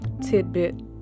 tidbit